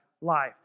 life